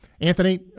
Anthony